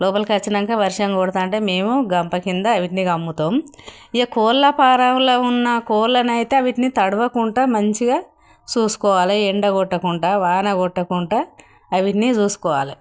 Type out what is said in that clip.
లోపలకి వచ్చినాక వర్షం కొడుతుంటే మేము గంప క్రింద వాటిని కమ్ముతాము ఇక కోళ్ళ పారంలో ఉన్న కోళ్ళనైతే వాటిని తడవకుండా మంచిగా చూసుకోవాలి ఎండ కొట్టకుండా వాన కొట్టకుండా వాటిని చూసుకోవాలి